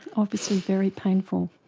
obviously very painful.